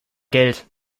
geld